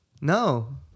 No